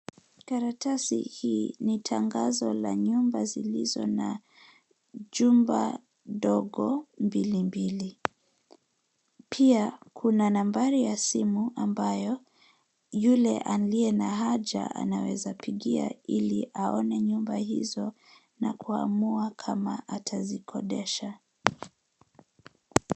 Karatasi hii ni tangazo la nyumba zilizo na jumba ndogo mbili mbili. Pia, kuna nambari ya simu ambayo, yule aliye na haja anaweza pigia, ili aone nyumba hizo na kuamua kama atazikodesha.